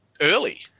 early